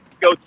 go